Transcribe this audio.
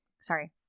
Sorry